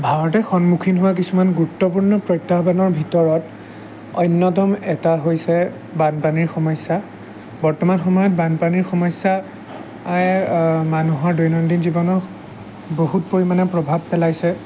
ভাৰতে সন্মুখীন হোৱা কিছুমান গুৰুত্বপূৰ্ণ প্ৰত্যাহ্বানৰ ভিতৰত অন্যতম এটা হৈছে বানপানীৰ সমস্যা বৰ্তমান সময়ত বানপানী সমস্যা হৈছে মানুহৰ দৈনন্দিন জীৱনক বহুত পৰিমাণে প্ৰভাৱ পেলাইছে